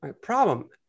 Problem